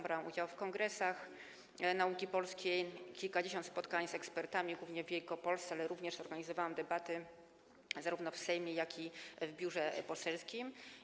Brałam udział w kongresach nauki polskiej, kilkudziesięciu spotkaniach z ekspertami, głównie w Wielkopolsce, ale również organizowałam debaty zarówno w Sejmie, jak i w biurze poselskim.